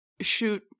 shoot